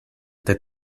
that